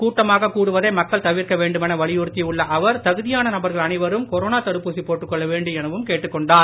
கூட்டமாக கூடுவதை மக்கள் தவிர்க்க வேண்டுமென வலியுறுத்தி உள்ள அவர் தகுதியான நபர்கள் அனைவரும் கொரோனா தடுப்பூசி போட்டுக்கொள்ள வேண்டும் எனவும் கேட்டுக் கொண்டார்